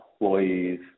employees